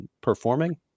performing